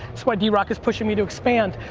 that's why drock is pushing me to expand.